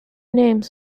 names